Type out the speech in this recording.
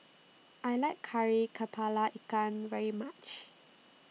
I like Kari Kepala Ikan very much